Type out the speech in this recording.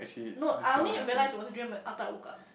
no I only realise it was a dream eh after I woke up